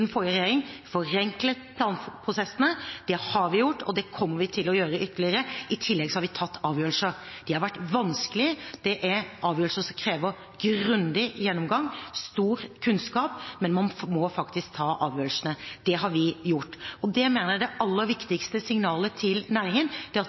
den forrige regjering, forenklet planprosessene. Det har vi gjort, og det kommer vi til å gjøre videre. I tillegg har vi tatt avgjørelser. De har vært vanskelige. Det er avgjørelser som krever grundig gjennomgang, stor kunnskap, men man må faktisk ta avgjørelsene. Det har vi gjort. Og det mener jeg er det aller viktigste signalet til næringen, at vi sier ja når vi mener det er grunnlag for det, og at